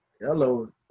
Hello